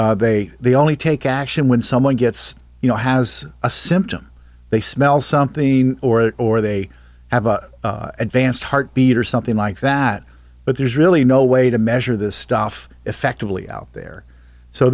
they they only take action when someone gets you know has a symptom they smell something or it or they have a advanced heart beat or something like that but there's really no way to measure this stuff effectively out there so